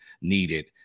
needed